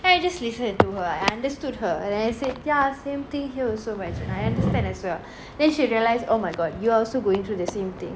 then I just listen I told her I understood her and I said ya same thing here also marichin I understand as well then she realise oh my god you all also going through the same thing